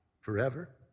forever